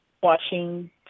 watching